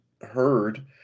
heard